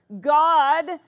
God